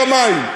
כולל מחיר המים,